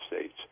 States